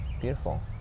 beautiful